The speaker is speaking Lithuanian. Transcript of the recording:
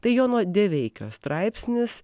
tai jono deveikio straipsnis